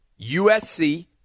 USC